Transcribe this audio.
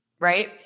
right